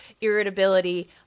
irritability